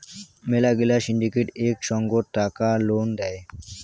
মেলা গিলা সিন্ডিকেট এক সঙ্গত টাকা লোন দেয়